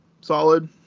Solid